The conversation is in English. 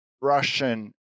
Russian